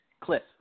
Cliff